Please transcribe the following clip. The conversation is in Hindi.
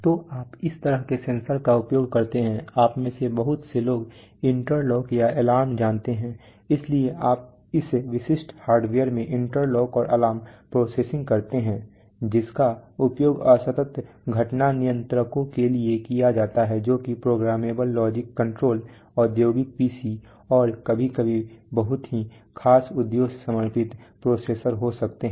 तो आप इस तरह के सेंसर का उपयोग करते हैं आप में से बहुत से लोग इंटरलॉक या अलार्म जानते हैं इसलिए आप इस विशिष्ट हार्डवेयर में इंटरलॉक और अलार्म प्रोसेसिंग करते हैं जिसका उपयोग असतत घटना नियंत्रकों के लिए किया जाता है जो कि प्रोग्रामेबल लॉजिक कंट्रोलर औद्योगिक पीसी और कभी कभी बहुत ही खास उद्देश्य समर्पित प्रोसेसर हो सकते हैं